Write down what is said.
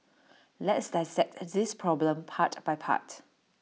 let's dissect this problem part by part